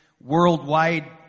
worldwide